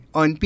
on